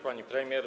Pani Premier!